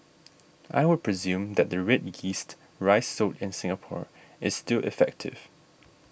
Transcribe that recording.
I would presume that the red yeast rice sold in Singapore is still effective